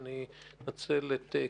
אני לא נכנס כאן לסוגיות איך חייל מילואים